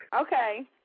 Okay